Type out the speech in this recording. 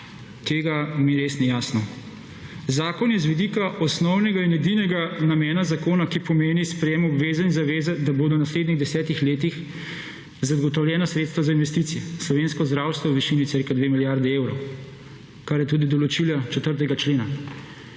Tega mi res ni jasno. Zakon je z vidika osnovnega in edinega namena zakona, ki pomeni sprejem obveze in zaveze, da bo v naslednjih letih zagotovljena sredstva za investicije v slovensko zdravstvo v višini cirka dve milijardi evrov, kar je tudi določila 4. člena.